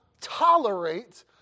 tolerate